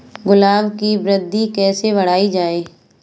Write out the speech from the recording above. गुलाब की वृद्धि कैसे बढ़ाई जाए?